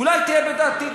אולי תהיה בדעתי?